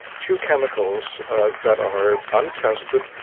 to chemicals that are untested,